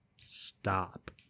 stop